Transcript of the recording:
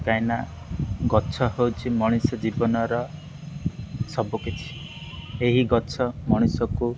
କାହିଁକିନା ଗଛ ହେଉଛି ମଣିଷ ଜୀବନର ସବୁକିଛି ଏହି ଗଛ ମଣିଷକୁ